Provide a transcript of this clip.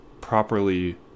properly